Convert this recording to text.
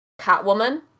Catwoman